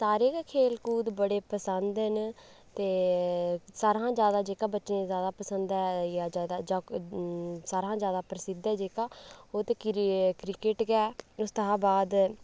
सारें ई गै खेढां बड़ियां पसंद न ते सारें शा जैदा जेह्का बच्चें ई जैदा पसंद ऐ होई गेआ जैदा जां सारें शा जैदा प्रसिद्ध ऐ जेह्का ओह् ते क्रिकेट गै ऐ उसदे शा बाद